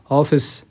office